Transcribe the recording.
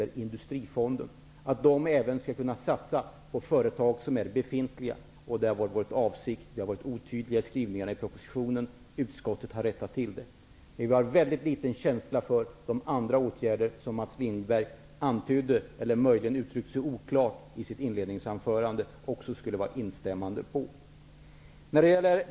Vår avsikt har varit att Industrifonden även skall kunna satsa på befintliga företag. Vi har varit otydliga i skrivningarna i propositionen, men utskottet har nu rättat till det. Vi har emellertid väldigt liten känsla för de andra åtgärder som Mats Lindberg antydde -- möjligen uttryckte han sig oklart i sitt inledningsanförande.